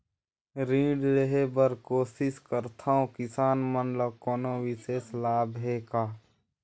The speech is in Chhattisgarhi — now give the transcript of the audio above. ऋण लेहे बर कोशिश करथवं, किसान मन ल कोनो विशेष लाभ हे का?